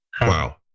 Wow